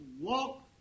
walk